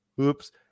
oops